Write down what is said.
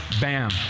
bam